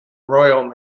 royal